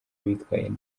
bitwaye